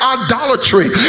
idolatry